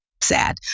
sad